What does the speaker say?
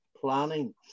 planning